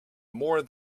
more